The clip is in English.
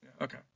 okay